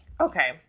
Okay